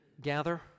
gather